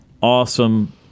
awesome